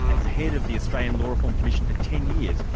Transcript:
as head of the australian law reform commission for ten years,